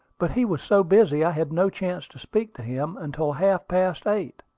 but he was so busy i had no chance to speak to him until half past eight.